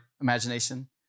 imagination